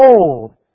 old